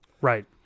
right